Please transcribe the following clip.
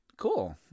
Cool